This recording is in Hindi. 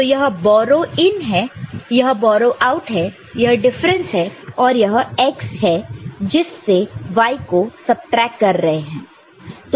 तो यह बोरो इन है यह बोरो आउट है यह डिफरेंस है और यह x है जिससे y को सबट्रैक्ट कर रहे हैं